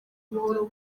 buhoro